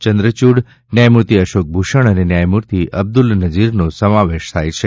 ચંદ્રચૂંડ ન્યાયમૂર્તિ શ્રી અશોક ભૂષણ અને ન્યાયમૂર્તિ શ્રી અબ્દુલ નજીરનો સમાવેશ થાય છે